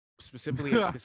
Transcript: Specifically